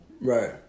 Right